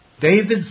David's